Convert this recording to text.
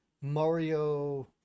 mario